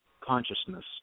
consciousness